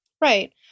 Right